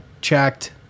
checked